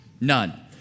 None